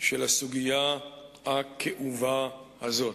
של הסוגיה הכאובה הזאת.